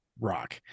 rock